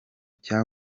cya